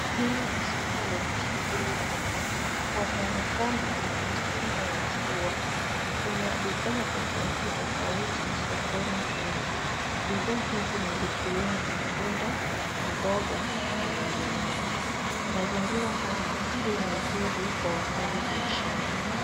Hili ni soko lenye shughuli nyingi. Kwa mwonekano, ni msimu wa mvua. Kuna bidhaa tofauti tofauti sokoni humu. Bidhaa hizi ni zikiwemo matunda, maboga na mengineyo. Mazingira haya sio mazuri kwa wafanyi biashara.